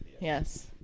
Yes